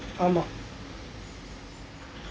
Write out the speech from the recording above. ஆமாம்:aamaam